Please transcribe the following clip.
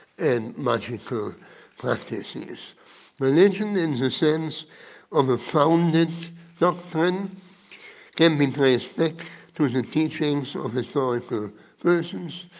and magical practices. religion in the sense of a founded doctrine can be traced back to the teachings of historical versions,